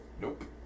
Nope